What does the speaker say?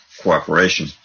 cooperation